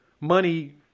money